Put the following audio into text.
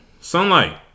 sunlight